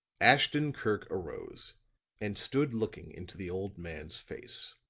ashton-kirk arose and stood looking into the old man's face.